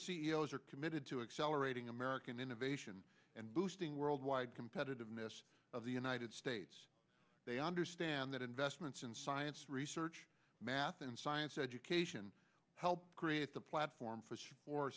are committed to accelerate ing american innovation and boosting worldwide competitiveness of the united states they understand that investments in science research math and science education help create the platform for